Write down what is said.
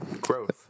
Growth